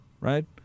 right